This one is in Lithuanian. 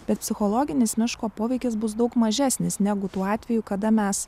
bet psichologinis miško poveikis bus daug mažesnis negu tuo atveju kada mes